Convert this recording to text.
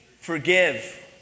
Forgive